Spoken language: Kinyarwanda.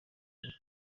byari